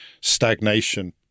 stagnation